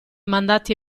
mandati